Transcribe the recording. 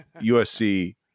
USC